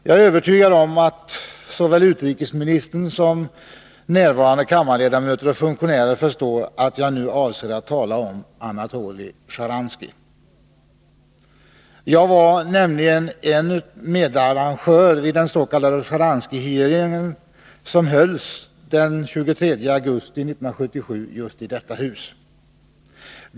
Jag är övertygad om att såväl utrikesministern som närvarande kammarledamöter och funktionärer förstår att jag nu avser att tala om Anatoly Sjtjaranskij. Jag var medarrangör vid den s.k. Sjtjaranskijhearing som hölls den 23 augusti 1977 här i huset.